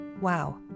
Wow